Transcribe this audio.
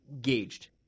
gauged